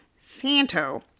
Santo